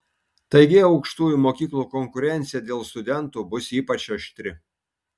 taigi aukštųjų mokyklų konkurencija dėl studentų bus ypač aštri